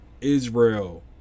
Israel